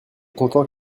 content